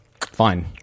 Fine